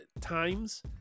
times